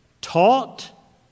taught